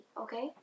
okay